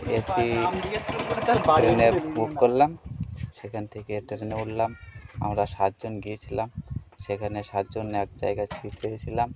AC ট্রেনে book করলাম সেখান থেকে একটা ট্রেনে উঠলাম আমরা সাতজন গিয়েছিলাম সেখানে সাত জন এক জায়গায় সিট পেয়েছিলাম